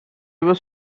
was